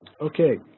Okay